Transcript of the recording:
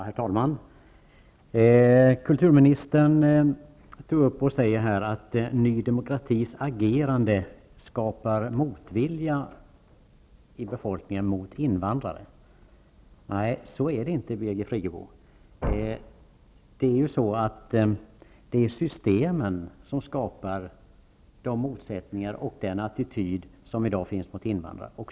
Herr talman! Kulturministern sade att Ny Demokratis agerande skapar motvilja i befolkningen mot invandrare. Nej, så är det inte, Birgit Friggebo. Det är systemen som skapat motsättningarna och den attityd som i dag finns mot invandrare.